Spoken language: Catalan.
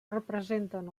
representen